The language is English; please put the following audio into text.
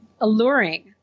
alluring